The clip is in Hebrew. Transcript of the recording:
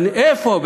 איפה?